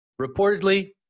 reportedly